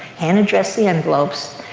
hand addressed the envelopes.